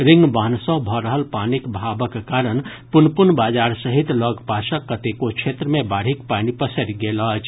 ring बान्ह सॅ भऽ रहल पानिक बहावक कारण पुनपुन बाजार सहित लऽग पासक कतेको क्षेत्र मे बाढ़िक पानि पसरि गेल अछि